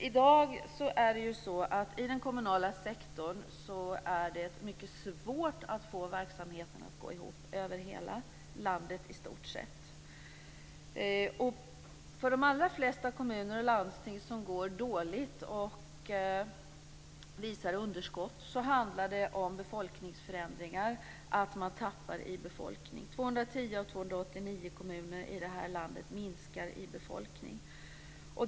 I dag är det i den kommunala sektorn över hela landet, i stort sett, mycket svårt att få verksamheten att gå ihop. För de allra flesta kommuner och landsting som går dåligt och visar underskott handlar det om befolkningsförändringar och att man tappar i befolkning. 210 av 289 kommuner i detta land minskar i befolkning.